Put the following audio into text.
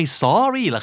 sorry